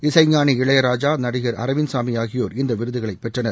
இசைஞாளி இளையராஜா நடிகர் அரவிந்த்சாமிஆகியோர் இந்தவிருதினைபெற்றனர்